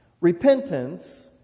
Repentance